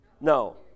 No